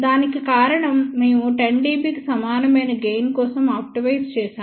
దానికి కారణం మేము 10 dB కి సమానమైన గెయిన్ కోసం ఆప్టిమైజ్ చేసాము